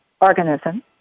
organism